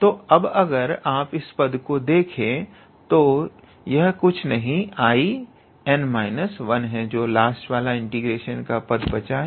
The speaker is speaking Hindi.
तो अब अगर आप इस पद को देखते हैं तो यह कुछ नहीं 𝐼𝑛−1 है